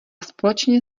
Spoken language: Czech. společně